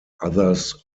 others